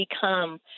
become